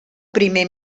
primer